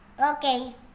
Okay